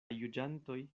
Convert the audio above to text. juĝantoj